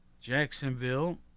Jacksonville